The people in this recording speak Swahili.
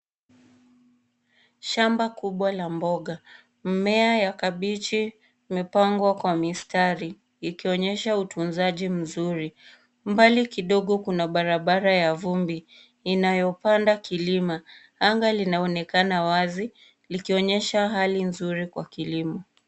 Shamba kubwa la mboga. Mimea ya kabichi imepangwa kwa mistari ikionyesha utunzaji mzuri. Mbali kidogo kuna barabara ya vumbi inayopanda kilima. Anga linaonekana wazi likionyesha hali nzuri kwa kilimo.